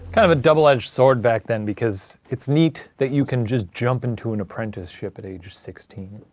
kind of a double-edged sword back then because it's neat that you can just jump into an apprenticeship at age sixteen.